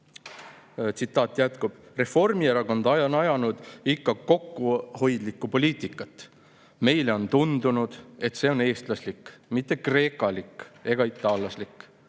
Tsitaat jätkub: "Reformierakond on ajanud ikka kokkuhoidlikku poliitikat. Meile on tundunud, et see on eestlaslik, mitte kreekalik ega itaallaslik.